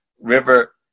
river